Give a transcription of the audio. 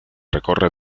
recorre